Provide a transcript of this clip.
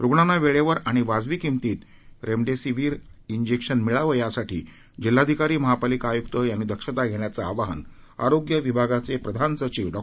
रुग्णांना वेळेवर आणि वाजवी किंमतीत रेमडेसीविर इंजेक्शन मिळावं यासाठी जिल्हाधिकारी महापालिका आयुक्त यांनी दक्षता घेण्याचं आवाहन आरोग्य विभागाचे प्रधान सचिव डॉ